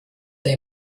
they